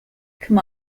come